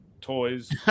toys